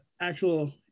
actual